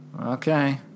Okay